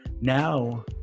Now